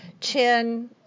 Chin